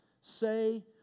say